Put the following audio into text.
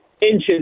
inches